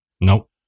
Nope